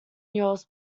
yours